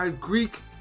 Greek